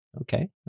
Okay